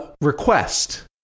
request